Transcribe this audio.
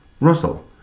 Russell